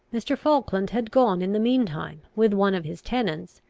mr. falkland had gone in the mean time, with one of his tenants,